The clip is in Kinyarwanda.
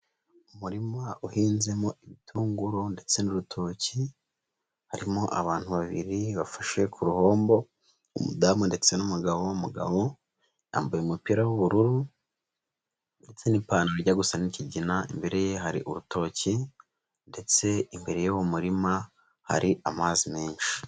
Umurima uhinzemo ibitunguru ndetse n'urutoki, harimo abantu babiri bafashe ku ruhombo umudamu ndetse n'umugabo, umugabo yambaye umupira w'ubururu n'ipantaro ijya gusa n'ikigina, imbere ye hari urutoki ndetse imbere y'uwo murima hari amazi menshi.